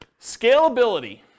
Scalability